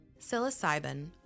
Psilocybin